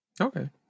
Okay